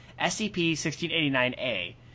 SCP-1689-A